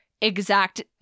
exact